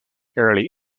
early